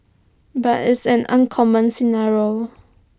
but it's an uncommon scenario